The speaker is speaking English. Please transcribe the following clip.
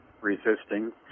Resisting